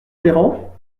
gérant